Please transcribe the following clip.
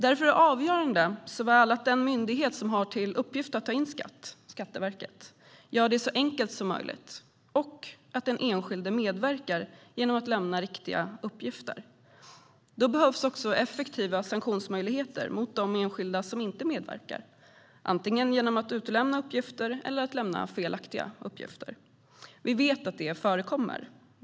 Därför är det avgörande såväl att Skatteverket, som är den myndighet som har till uppgift att ta in skatt, gör det så enkelt som möjligt som att den enskilde medverkar genom att lämna riktiga uppgifter. Då behövs också effektiva sanktionsmöjligheter mot de enskilda som inte medverkar. Vi vet att det förekommer, antingen genom att man utelämnar uppgifter eller genom att man lämnar felaktiga uppgifter.